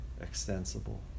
extensible